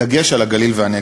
בדגש על הגליל והנגב,